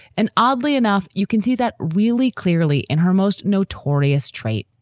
and oddly enough, you can see that really clearly in her most notorious trait,